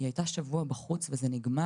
מספיק שהיא הייתה שבוע אחד בחוץ וזה נגמר.